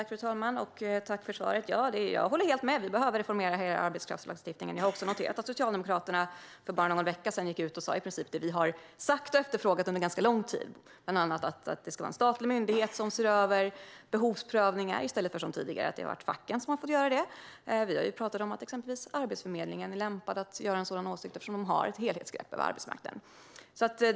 Fru talman! Tack för svaret, Mathias Tegnér! Jag håller helt med. Vi behöver reformera hela lagstiftningen för arbetskraftsinvandring. Jag har också noterat att Socialdemokraterna för bara någon vecka sedan gick ut och sa i princip det som vi har sagt och efterfrågat under ganska lång tid, bland annat att det ska vara en statlig myndighet som ser över behovsprövningar i stället för facken, som tidigare har fått göra det. Vi har pratat om att exempelvis Arbetsförmedlingen är lämpad att göra en sådan översyn eftersom de har ett helhetsgrepp över arbetsmarknaden.